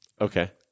Okay